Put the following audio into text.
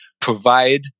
provide